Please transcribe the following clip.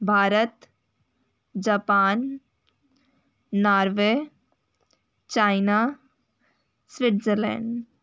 Bharat Japan Norway China Switzerland